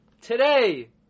today